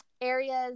areas